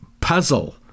puzzle